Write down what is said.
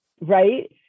Right